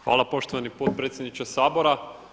Hvala poštovani potpredsjedniče Sabora.